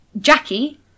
Jackie